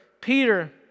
Peter